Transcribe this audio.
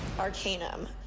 Arcanum